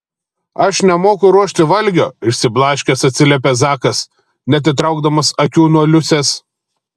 aš nemoku ruošti valgio išsiblaškęs atsiliepė zakas neatitraukdamas akių nuo liusės